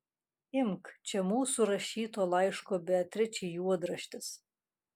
imk čia mūsų rašyto laiško beatričei juodraštis